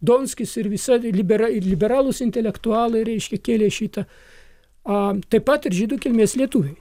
donskis ir visa libera liberalūs intelektualai reiškia kėlė šitą aa taip pat ir žydų kilmės lietuviai